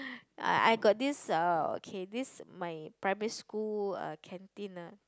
I I got this uh okay this my primary school uh canteen ah